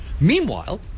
Meanwhile